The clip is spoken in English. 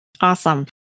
Awesome